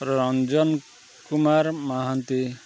Ranjan Kumar Mohanty